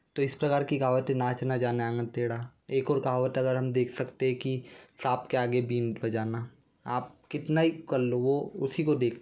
तो इस प्रकार की कहावत हैं नाच ना जाने आंगन टेढ़ा एक और कहावत अगर हम देख सकते हैं कि साँप के आगे बीन बजाना आप कितना ही कर लो वो उसी को देखता है